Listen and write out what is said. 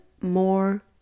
more